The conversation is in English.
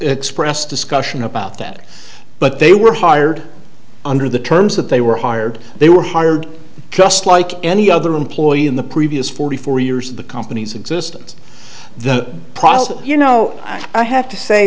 expressed discussion about that but they were hired under the terms that they were hired they were hired just like any other employee in the previous forty four years of the company's existence the process you know i have to say